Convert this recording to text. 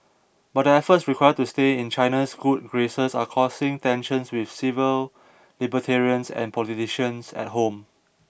but the efforts required to stay in China's good graces are causing tensions with civil libertarians and politicians at home